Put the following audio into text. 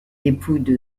dépouilles